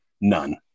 none